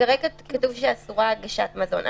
כרגע כתוב שאסורה הגשת מזון.